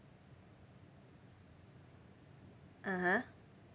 (uh huh)